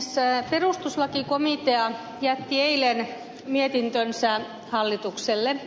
perustuslakikomitea jätti eilen mietintönsä hallitukselle